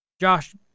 Josh